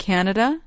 Canada